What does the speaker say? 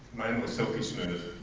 mine was silky smooth.